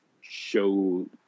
show